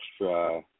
extra